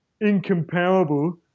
incomparable